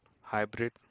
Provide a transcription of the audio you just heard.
Hybrid